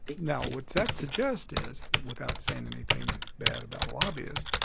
now what that suggests is, without saying anything bad about lobbyists,